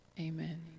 Amen